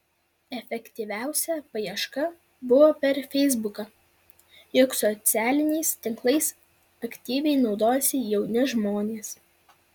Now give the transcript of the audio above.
efektyviausia paieška buvo per feisbuką juk socialiniais tinklais aktyviai naudojasi jauni žmonės